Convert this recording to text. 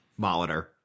Molitor